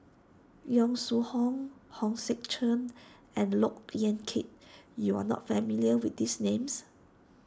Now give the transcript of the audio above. Yong Shu Hoong Hong Sek Chern and Look Yan Kit you are not familiar with these names